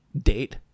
date